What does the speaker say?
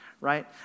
Right